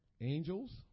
Angels